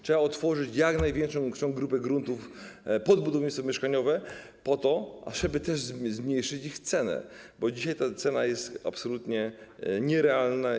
Trzeba otworzyć jak największą grupę gruntów pod budownictwo mieszkaniowe po to, żeby też zmniejszyć ich cenę, bo dzisiaj ta cena jest absolutnie nierealna.